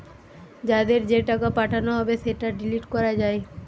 যাদের যে টাকা পাঠানো হবে সেটা ডিলিট করা যায়